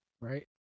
Right